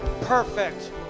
Perfect